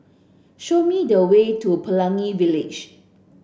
show me the way to Pelangi Village